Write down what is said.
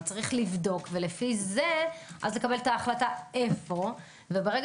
יש לבדוק ולפי זה את מקבלת את ההחלטה איפה ואז לא